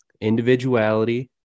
individuality